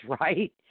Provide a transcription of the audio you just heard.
right